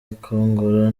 gikongoro